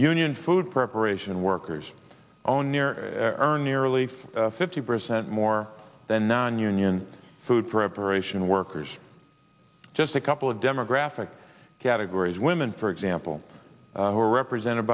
union food preparation workers own near or nearly fifty percent more than nonunion food preparation workers just a couple of demographic categories women for example were represented